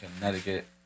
Connecticut